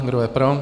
Kdo je pro?